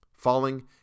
Falling